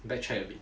backtrack a bit